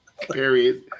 Period